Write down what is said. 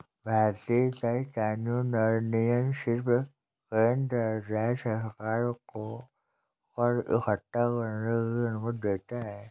भारतीय कर कानून और नियम सिर्फ केंद्र और राज्य सरकार को कर इक्कठा करने की अनुमति देता है